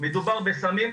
ומדובר בסמים,